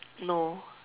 no